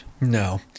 No